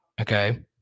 okay